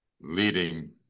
leading